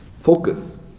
focus